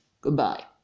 goodbye